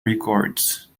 records